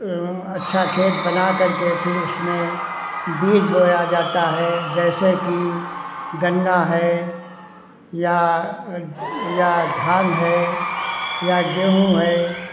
अच्छा खेत बना कर के फिर उसमें बीज बोया जाता है जैसे कि गन्ना है या या धान है या गेंहूँ है